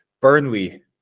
Burnley